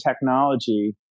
technology